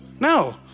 No